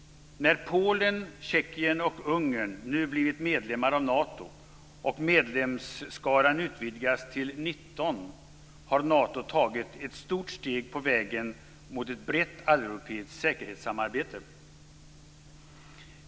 När Polen, Tjeckien och Ungern nu blivit medlemmar av Nato och medlemsskaran utvidgats till 19 länder har Nato tagit ett stort steg på vägen mot ett brett alleuropeiskt säkerhetssamarbete.